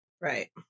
Right